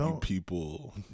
people